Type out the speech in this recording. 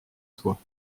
soi